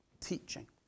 teaching